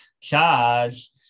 charge